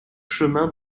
chemin